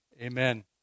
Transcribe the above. Amen